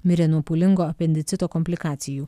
mirė nuo pūlingo apendicito komplikacijų